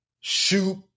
shoot